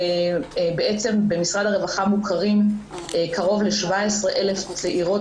בעצם במשרד הרווחה מוכרים קרוב ל17,000 צעירות